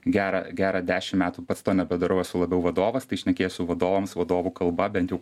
gerą gerą dešimt metų pats to nebedarau esu labiau vadovas tai šnekėsiu vadovams vadovų kalba bent jau